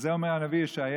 על זה אומר הנביא ישעיהו,